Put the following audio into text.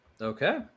Okay